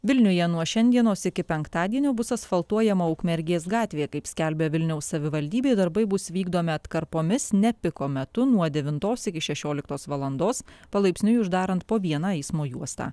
vilniuje nuo šiandienos iki penktadienio bus asfaltuojama ukmergės gatvė kaip skelbia vilniaus savivaldybė darbai bus vykdomi atkarpomis ne piko metu nuo devintos iki šešioliktos valandos palaipsniui uždarant po vieną eismo juostą